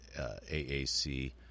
AAC